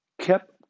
kept